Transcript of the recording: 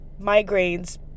migraines